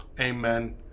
Amen